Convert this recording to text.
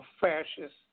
fascist